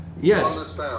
Yes